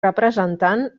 representant